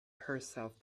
herself